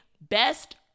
Best